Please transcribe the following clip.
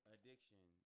Addiction